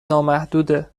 نامحدوده